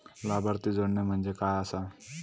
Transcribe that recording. लाभार्थी जोडणे म्हणजे काय आसा?